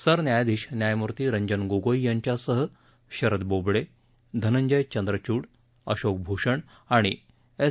सरन्यायाधीश न्यायमूर्ती रंजन गोगोई यांच्यासह शरद बोबडे धनंजय चंदरचूड अशोक भूषण आणि एस